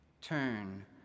Turn